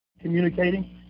communicating